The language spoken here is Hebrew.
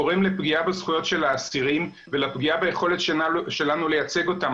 גורם לפגיעה בזכויות של האסירים ולפגיעה ביכולת שלנו לייצג אותם.